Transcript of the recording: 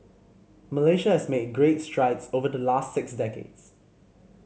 Malaysia has made great strides over the last six decades